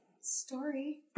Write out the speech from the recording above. Story